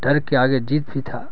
ڈر کے آگے جیت بھی تھا